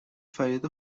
فریاد